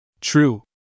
True